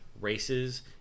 races